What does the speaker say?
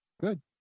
good